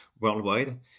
worldwide